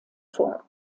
vor